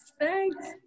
Thanks